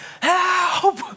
help